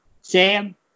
Sam